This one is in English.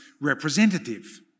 representative